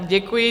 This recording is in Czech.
Děkuji.